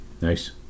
Nice